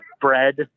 bread